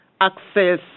access